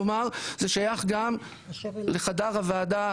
כלומר זה שייך גם לחדר הוועדה,